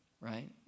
right